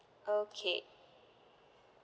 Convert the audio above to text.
okay